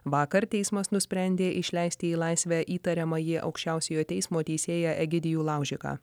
vakar teismas nusprendė išleisti į laisvę įtariamąjį aukščiausiojo teismo teisėją egidijų laužiką